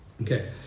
Okay